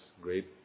great